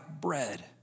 bread